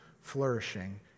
flourishing